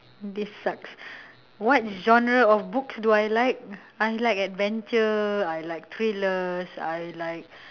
this sucks what genre of books do I like I like adventure I like thrillers I like